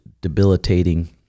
debilitating